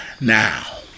now